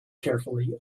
carefully